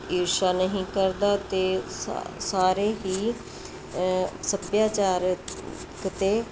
ਇਰਸ਼ਾ ਨਹੀਂ ਕਰਦਾ ਅਤੇ ਸਾ ਸਾਰੇ ਹੀ ਸੱਭਿਆਚਾਰਕ ਅਤੇ